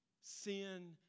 Sin